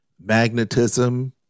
magnetism